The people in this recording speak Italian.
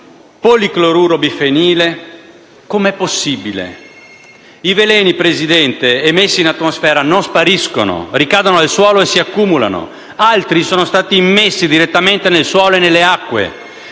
policloruro bifenile. Come è possibile? Signor Presidente, i veleni emessi in atmosfera non spariscono: ricadono al suolo e si accumulano. Altri sono stati immessi direttamente nel suolo e nelle acque.